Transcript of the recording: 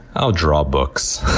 i'll draw books.